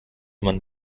man